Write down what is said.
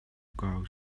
kau